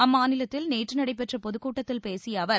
அம்மாநிலத்தில் நேற்று நடைபெற்ற பொதுக்கூட்டத்தில் பேசிய அவர்